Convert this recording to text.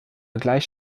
gleich